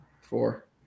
Four